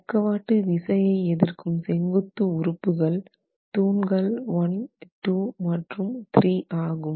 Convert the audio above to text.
பக்கவாட்டு விசையை எதிர்க்கும் செங்குத்து உறுப்புகள் தூண்கள் 12 மற்றும் 3 ஆகும்